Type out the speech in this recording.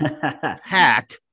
hack